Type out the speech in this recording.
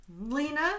Lena